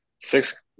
Six